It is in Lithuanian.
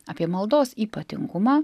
apie maldos ypatingumą